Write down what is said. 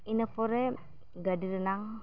ᱤᱱᱟᱹ ᱯᱚᱨᱮ ᱜᱟᱹᱰᱤ ᱨᱮᱱᱟᱜ